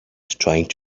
trying